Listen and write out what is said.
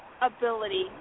ability